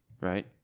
Right